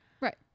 Right